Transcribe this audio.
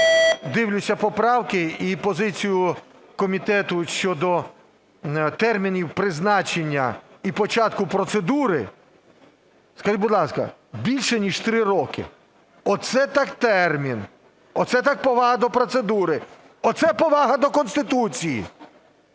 дивлюся поправки і позицію комітету щодо термінів призначення і початку процедури, скажіть, будь ласка, більше ніж 3 роки. Оце так термін. Оце так повага до процедури. Оце повага до Конституції.